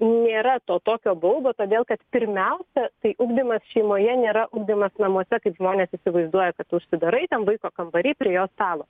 nėra to tokio baubo todėl kad pirmiausia tai ugdymas šeimoje nėra ugdymas namuose kaip žmonės įsivaizduoja kad tu užsidarai ten vaiko kambary prie jo stalo